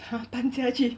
!huh! 搬家具